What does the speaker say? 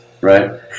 right